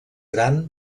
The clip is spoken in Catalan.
gran